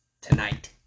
tonight